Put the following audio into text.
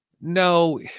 no